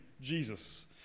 Jesus